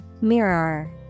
Mirror